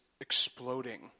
exploding